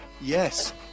Yes